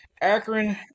Akron